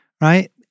Right